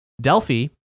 Delphi